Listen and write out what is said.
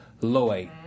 Lloyd